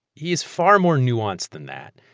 he is far more nuanced than that.